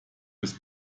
his